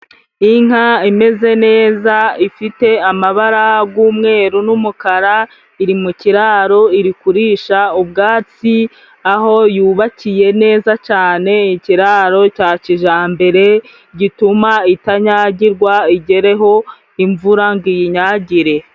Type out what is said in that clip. Inka imeze neza, ifite amabara g'umweru n'umukara, iri mu ikiraro, iri kurisha ubwatsi, aho yubakiye neza cane ikiraro cya kijambere, gituma itanyagirwa igereho imvura ngo iyinyagire.